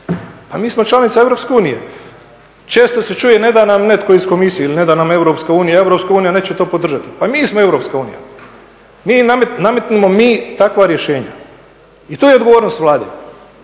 Pa mi smo članica Europske unije, često se čuje ne da nam netko iz Komisije ili ne da nam Europska unija, Europska unija neće to podržati. Pa mi smo Europska unija, nametnimo mi takva rješenja i to je odgovornost Vlade.